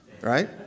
right